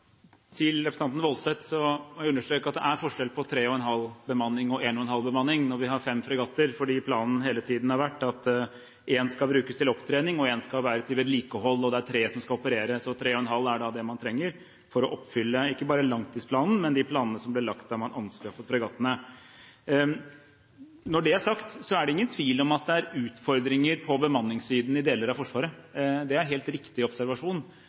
at tre og en halv er bemannet, og at en og en halv er bemannet når vi har fem fregatter, fordi planen hele tiden har vært at én skal brukes til opptrening, én skal være til vedlikehold, og det er tre som skal operere. Så at tre og en halv er bemannet, er da det man trenger for å oppfylle ikke bare langtidsplanen, men de planene som ble lagt da man anskaffet fregattene. Når det er sagt, er det ingen tvil om at det er utfordringer på bemanningssiden i deler av Forsvaret. Det er en helt riktig observasjon.